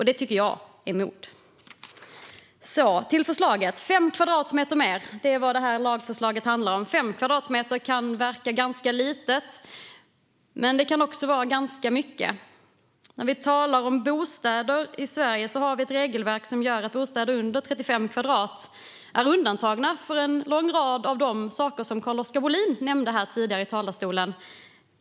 Det tycker jag är att visa mod. Jag går vidare till förslaget. Fem kvadratmeter till är vad det här lagförslaget handlar om. Fem kvadratmeter kan verka ganska litet. Men det kan vara ganska mycket. I Sverige har vi ett regelverk som innebär att bostäder som är under 35 kvadratmeter undantas från en lång rad av de saker som Carl-Oskar Bohlin tidigare nämnde i talarstolen.